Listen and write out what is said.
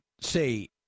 say